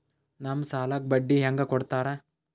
ನಮ್ ಸಾಲಕ್ ಬಡ್ಡಿ ಹ್ಯಾಂಗ ಕೊಡ್ತಾರ?